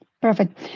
Perfect